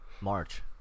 March